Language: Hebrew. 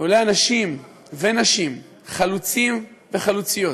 לולא אנשים ונשים, חלוצים וחלוצות,